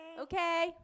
Okay